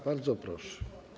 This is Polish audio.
Bardzo proszę.